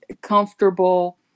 comfortable